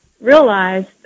realized